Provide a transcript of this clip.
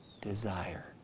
desire